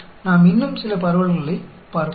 இப்போது நாம் இன்னும் சில பரவல்களைப் பார்ப்போம்